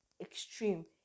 extreme